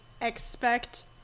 expect